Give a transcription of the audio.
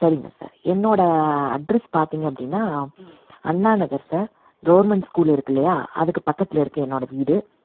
சரிங்க சார் என்னோடய அட்ரெஸ் பார்த்திங்க அப்படினா Anna Nagar sir government school இருக்குது இல்லையா அதுக்கு பக்கத்தில் இருக்குது என்னோடய வீடு